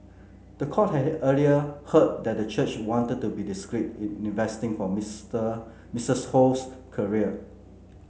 the court had earlier heard that the church wanted to be discreet in investing for Mister Mistress Ho's career